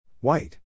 White